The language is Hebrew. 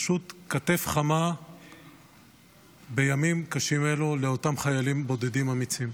פשוט כתף חמה בימים קשים אלו לאותם חיילים בודדים אמיצים.